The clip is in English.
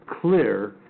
clear